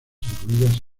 incluidas